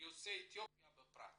יוצאי אתיופיה בפרט